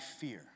fear